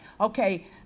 Okay